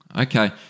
Okay